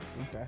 Okay